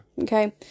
Okay